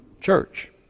church